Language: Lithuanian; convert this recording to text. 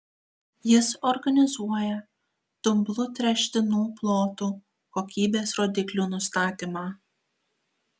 jis organizuoja dumblu tręštinų plotų kokybės rodiklių nustatymą